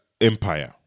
empire